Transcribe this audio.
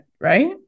right